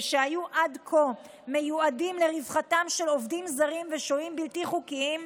ושהיו עד כה מיועדים לרווחתם של עובדים זרים ושוהים בלתי חוקיים,